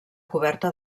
coberta